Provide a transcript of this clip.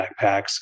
backpacks